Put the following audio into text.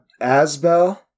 asbel